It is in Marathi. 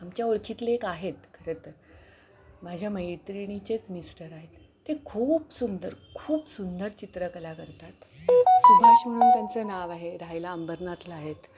आमच्या ओळखीतले एक आहेत खरंतर माझ्या मैत्रिणीचेच मिस्टर आहेत ते खूप सुंदर खूप सुंदर चित्रकला करतात सुभाष म्हणून त्यांचं नाव आहे राहायला अंबरनाथला आहेत